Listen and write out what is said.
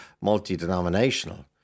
multi-denominational